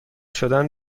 شدن